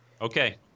Okay